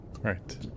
Right